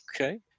Okay